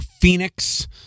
Phoenix